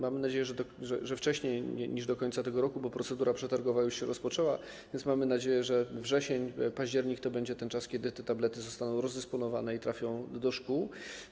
Mamy nadzieję, że wcześniej niż do końca tego roku, bo procedura przetargowa już się rozpoczęła, więc mamy nadzieję, że wrzesień, październik to będzie ten czas, kiedy te tablety zostaną rozdysponowane i trafią do szkół.